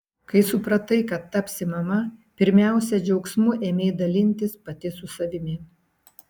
kai supratai kad tapsi mama pirmiausia džiaugsmu ėmei dalintis pati su savimi